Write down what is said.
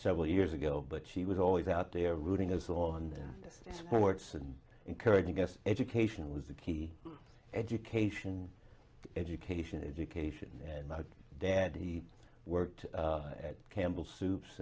several years ago but she was always out there rooting us on sports and encouraging us education was a key education education education and my dad he worked at campbell soups